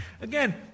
again